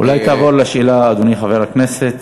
אולי תעבור לשאלה, אדוני חבר הכנסת?